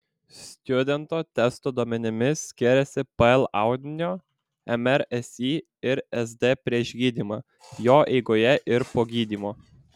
stjudento testo duomenimis skiriasi pl audinio mr si ir sd prieš gydymą jo eigoje ir po gydymo